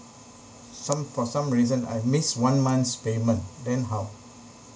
some for reason I missed one month's payment then how